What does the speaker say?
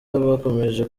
bakomeje